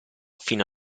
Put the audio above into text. fino